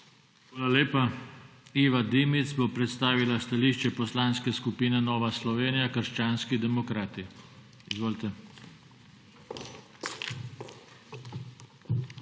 Hvala lepa. Iva Dimic bo predstavila stališče Poslanske skupine Nova Slovenija - krščanski demokrati. Izvolite. **IVA DIMIC